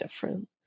different